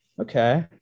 okay